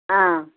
ಹಾಂ